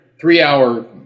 three-hour